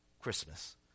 Christmas